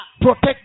Protect